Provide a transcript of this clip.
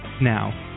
Now